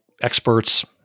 experts